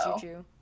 juju